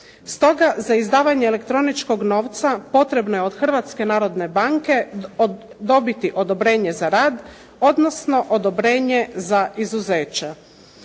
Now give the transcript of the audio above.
Stoga za izdavanje elektroničkog novca potrebno je od Hrvatske narodne banke dobiti odobrenje za rad odnosno odobrenje za izuzeće.